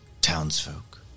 townsfolk